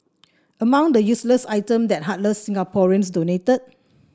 among the useless items that heartless Singaporeans donated